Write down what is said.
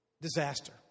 disaster